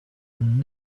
and